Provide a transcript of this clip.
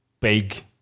big